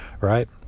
right